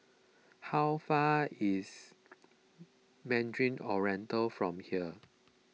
how far is Mandarin Oriental from here